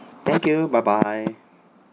thank you bye bye